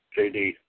JD